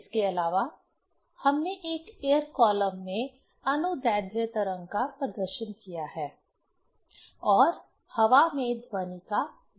इसके अलावा हमने एक एयर कॉलम में अनुदैर्ध्य तरंग का प्रदर्शन किया है और हवा में ध्वनि का वेग निर्धारित किया है